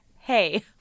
Hey